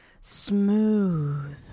Smooth